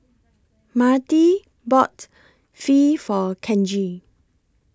Myrtie bought Pho For Kenji